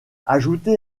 ajoutez